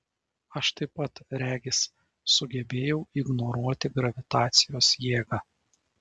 aš taip pat regis sugebėjau ignoruoti gravitacijos jėgą